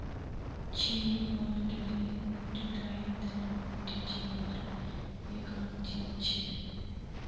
छेनी हाल गहरी जुताईर तने मिट्टी चीरवार एक आम चीज छे